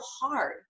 hard